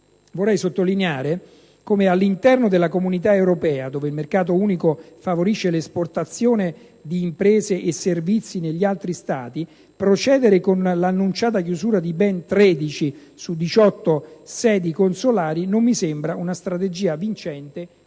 vorrei sottolineare che, all'interno della comunità europea, dove il mercato unico favorisce l'esportazione di imprese e servizi negli altri Stati, procedere con l'annunciata chiusura di ben 13 su 18 sedi consolari non mi sembra una strategia vincente